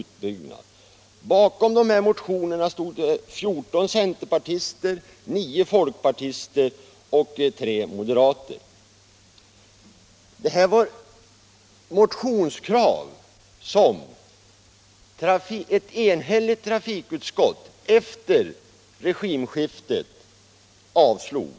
Bakom de motionerna stod fjorton centerpartister, nio folkpartister och tre moderater. Det var motionskrav som ett enhälligt trafikutskott efter regimskiftet avstyrkte.